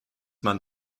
man